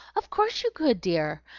of course you could, dear!